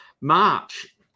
March